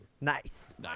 nice